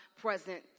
present